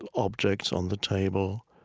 and objects on the table.